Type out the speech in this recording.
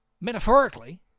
metaphorically